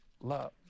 love